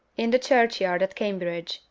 in the churchyard at cambridge.